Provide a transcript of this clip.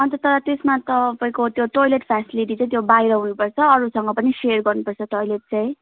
अन्त तर त्यसमा तपाईँको त्यो टोइलेट फेसिलिटी चाहिँ त्यो बाहिर हुनुपर्छ अरूसँग पनि सेयर गर्नुपर्छ टोइलेट चाहिँ